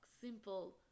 simple